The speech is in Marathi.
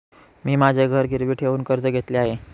मी माझे घर गिरवी ठेवून कर्ज घेतले आहे